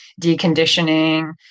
deconditioning